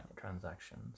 transactions